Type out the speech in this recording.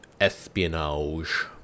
Espionage